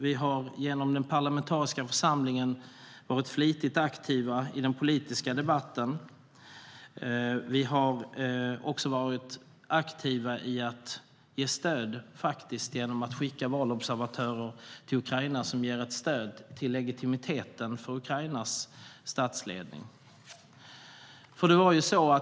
Vi har genom den parlamentariska församlingen varit flitigt aktiva i den politiska debatten. Vi har också varit aktiva genom att skicka valobservatörer till Ukraina, vilket har gett stöd till legitimiteten för Ukrainas statsledning.